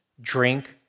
drink